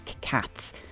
cats